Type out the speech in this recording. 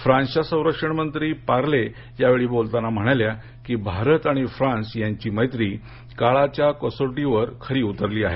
France च्या संरक्षण मंत्री पार्ले म्हणाल्या की भारत आणि फ्रांस यांची मैत्री काळाच्या कसोटीवर खरी उतरली आहे